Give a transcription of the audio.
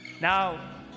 Now